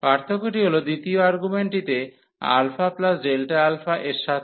পার্থক্যটি হল দ্বিতীয় আর্গুমেন্টটিতে α Δα এর সাথে